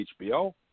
HBO